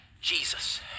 Jesus